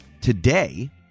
today